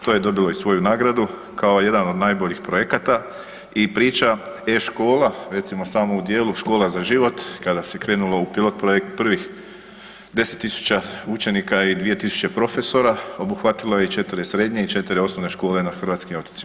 To je dobilo i svoju nagradu kao jedan od najboljih projekata i priča e-škola recimo samo u dijelu „Škola za život“ kada se krenulo u pilot projekt prvih 10.000 učenika i 2.000 profesora obuhvatilo je i 4 srednje i 4 osnovne škole na hrvatskim otocima.